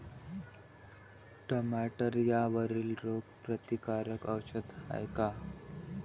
टमाट्यावरील रोग प्रतीकारक औषध हाये का?